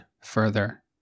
further